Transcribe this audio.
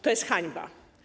To jest hańba.